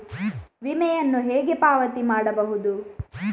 ವಿಮೆಯನ್ನು ಹೇಗೆ ಪಾವತಿ ಮಾಡಬಹುದು?